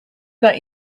that